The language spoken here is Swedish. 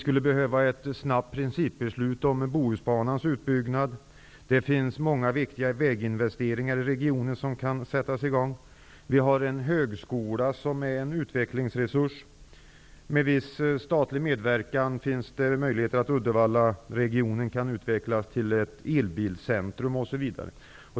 Det behövs ett snabbt principbeslut om Bohusbanans utbyggnad. Det finns många viktiga investeringar i vägbyggen som kan göras i regionen. Högskolan utgör en utvecklingsresurs. Med viss statlig medverkan finns det möjlighet att Uddevallaregionen kan utvecklas till ett elbilcentrum, osv.